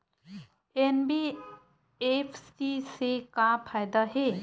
NBFC से का फ़ायदा हे?